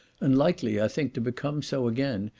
and likely, i think, to become so again,